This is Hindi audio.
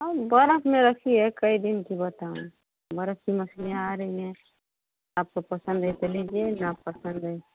हँ बरफ में रखी है कई दिन की पता नहीं बर्फ की मछलियाँ आ रही हैं आपको पसंद है तो लीजिए नापसंद है